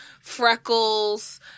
freckles